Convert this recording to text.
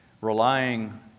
relying